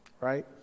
right